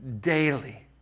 daily